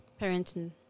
parenting